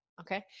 okay